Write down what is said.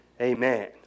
Amen